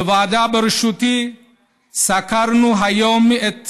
בוועדה בראשותי סקרנו היום את